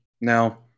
now